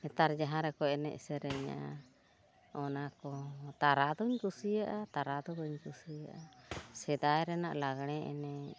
ᱱᱮᱛᱟᱨ ᱡᱟᱦᱟᱸ ᱨᱮᱠᱚ ᱮᱱᱮᱡ ᱥᱮᱨᱮᱧᱟ ᱚᱱᱟ ᱠᱚ ᱛᱟᱨᱟ ᱫᱚᱧ ᱠᱩᱥᱤᱭᱟᱜᱼᱟ ᱛᱟᱨᱟ ᱫᱚ ᱵᱟᱹᱧ ᱠᱩᱥᱤᱭᱟᱜᱼᱟ ᱥᱮᱫᱟᱭ ᱨᱮᱱᱟᱜ ᱞᱟᱜᱽᱬᱮ ᱮᱱᱮᱡ